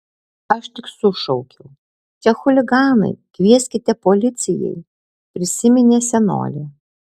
aš tik sušaukiau čia chuliganai kvieskite policijai prisiminė senolė